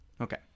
Okay